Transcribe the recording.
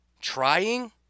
Trying